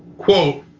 quote,